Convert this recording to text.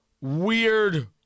Weird